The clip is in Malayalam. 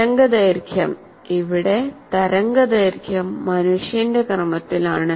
തരംഗദൈർഘ്യം ഇവിടെ തരംഗദൈർഘ്യം മനുഷ്യന്റെ ക്രമത്തിലാണ്